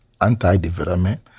anti-development